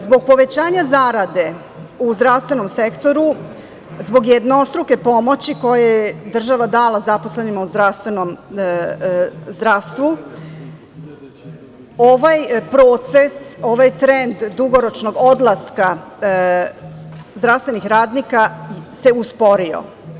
Zbog povećanja zarade u zdravstvenom sektoru, zbog jednostruke pomoći koju je država dala zaposlenima u zdravstvu, ovaj proces, ovaj trend dugoročnog odlaska zdravstvenih radnika se usporio.